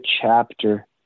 chapter